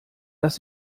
dass